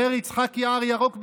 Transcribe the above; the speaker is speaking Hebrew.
הרהר יצחק יער ירוק בקול.